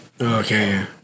Okay